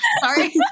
Sorry